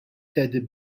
teddy